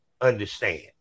understand